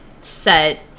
set